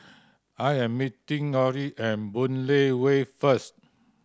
I am meeting Orrie at Boon Lay Way first